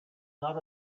not